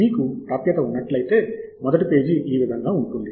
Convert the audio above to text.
మీకు ప్రాప్యత ఉన్నట్లయితే మొదటి పేజీ ఈ విధముగా ఉంటుంది